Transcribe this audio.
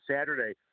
Saturday